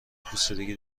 پوسیدگی